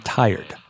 tired